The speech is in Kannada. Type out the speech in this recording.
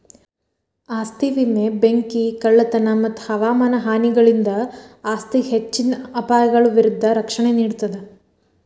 ಆಸ್ತಿ ವಿಮೆ ಬೆಂಕಿ ಕಳ್ಳತನ ಮತ್ತ ಹವಾಮಾನ ಹಾನಿಗಳಿಂದ ಆಸ್ತಿಗೆ ಹೆಚ್ಚಿನ ಅಪಾಯಗಳ ವಿರುದ್ಧ ರಕ್ಷಣೆ ನೇಡ್ತದ